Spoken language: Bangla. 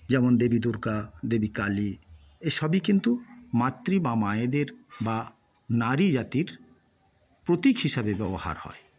যেমন দেবী দূর্গা দেবী কালী এইসবই কিন্তু মাতৃ বা মায়েদের বা নারী জাতির প্রতীক হিসেবে ব্যবহার হয়